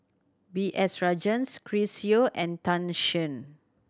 B S Rajhans Chris Yeo and Tan Shen